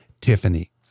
Tiffany